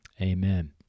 amen